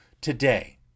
today